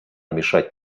мешать